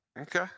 Okay